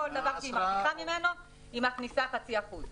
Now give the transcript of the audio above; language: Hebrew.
כל דבר שהיא מרוויחה ממנו, היא מכניסה חצי אחוז.